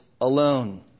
alone